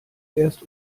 erst